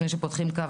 לפני שפותחים קו,